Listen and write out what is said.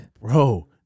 Bro